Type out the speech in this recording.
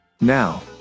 Now